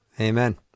Amen